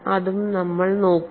അതും നമ്മൾ നോക്കും